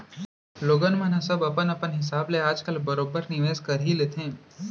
लोगन मन ह सब अपन अपन हिसाब ले आज काल बरोबर निवेस कर ही लेथे